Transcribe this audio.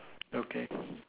okay